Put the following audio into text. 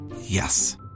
Yes